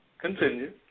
continue